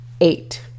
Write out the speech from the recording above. eight